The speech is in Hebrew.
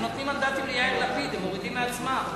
הם נותנים מנדטים ליאיר לפיד, הם מורידים מעצמם.